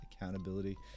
Accountability